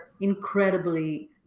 incredibly